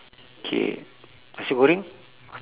K nasi-goreng